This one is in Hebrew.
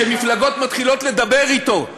שמפלגות מתחילות לדבר אתו,